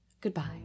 Goodbye